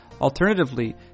Alternatively